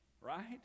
Right